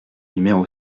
numéro